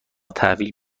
تحویل